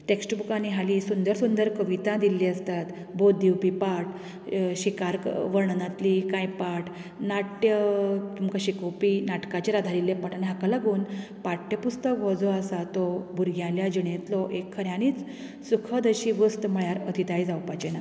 text बुकांनी हालीं सुंदर सुंदर कविता दिल्ली आसतात बोध दिवपी पाठ शिकार वर्णनांतली कांय पाठ नाट्य तुमकां शिकोवपी नाटकाचेर आदारिल्ले पाठ हाका लागून पाठ्य पुस्तक आसा हो जो भुरग्याल्या जिणेंतलो एक खऱ्यांनीच सुखद अशी वस्त म्हळ्यार अतिताय जावपाचें ना